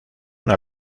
una